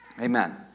Amen